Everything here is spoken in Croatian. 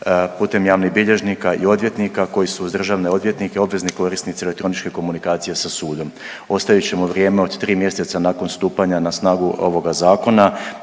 putem javnih bilježnika i odvjetnika koji su u državne odvjetnike obvezni korisnici elektroničke komunikacije sa sudom. Ostavit ćemo vrijeme od 3 mjeseca nakon stupanja na snagu ovoga Zakona